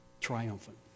triumphant